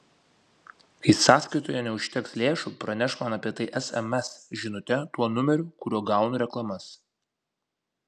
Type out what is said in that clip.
kai sąskaitoje neužteks lėšų praneš man apie tai sms žinute tuo numeriu kuriuo gaunu reklamas